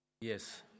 Yes